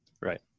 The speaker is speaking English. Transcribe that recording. Right